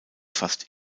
fast